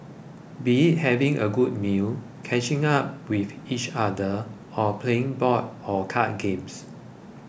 be it having a good meal catching up with each other or playing board or card games